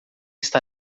está